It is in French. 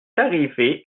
arrivée